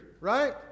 right